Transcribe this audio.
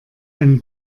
einen